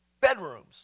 Bedrooms